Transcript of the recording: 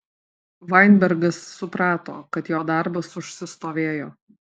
vainbergas suprato kad jo darbas užsistovėjo